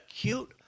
cute